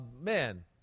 Man